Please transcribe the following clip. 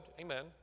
amen